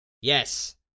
yes